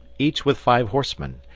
each with five horsemen,